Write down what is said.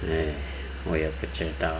ya 我也不知道